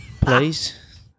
please